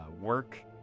work